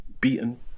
beaten